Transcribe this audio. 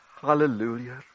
Hallelujah